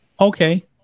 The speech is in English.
okay